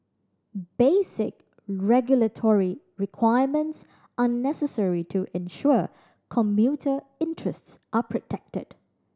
basic regulatory requirements are necessary to ensure commuter interests are protected